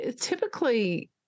typically